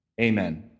Amen